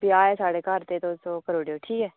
ब्याह् ऐ साढ़े घर ऐ तुस ओह् करी ओड़ेओ ठीक ऐ